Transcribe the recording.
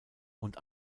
und